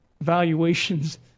valuations